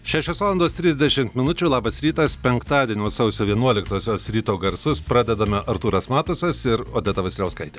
šešios valandos trisdešimt minučių labas rytas penktadienio sausio vienuoliktosios ryto garsus pradedame artūras matusas ir odeta vasiliauskaitė